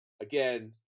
again